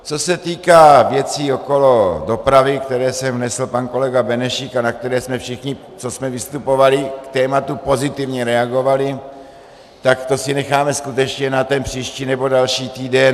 Co se týká věcí okolo dopravy, které sem vnesl pan kolega Benešík a na které jsme všichni, co jsme vystupovali, k tématu pozitivně reagovali, tak to si necháme skutečně na ten příští nebo další týden.